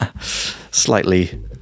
slightly